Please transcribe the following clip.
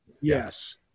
yes